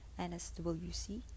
nswc